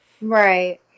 Right